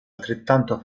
altrettanto